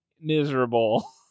miserable